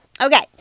Okay